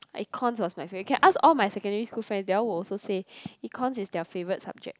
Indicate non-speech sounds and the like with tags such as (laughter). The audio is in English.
(noise) Econs was my favourite can ask all my secondary school friends they all will also say Econs is their favourite subject